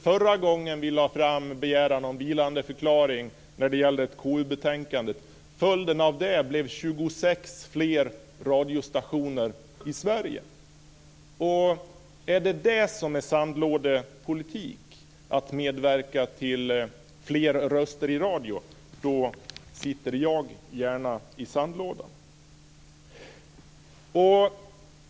Förra gången som vi lade fram begäran om vilandeförklaring när det gällde ett KU betänkande blev följden 26 fler radiostationer i Sverige. Om det är sandlådepolitik att medverka till fler röster i radio sitter jag gärna i sandlådan.